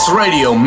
radio